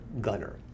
gunner